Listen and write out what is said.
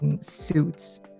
suits